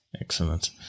Excellent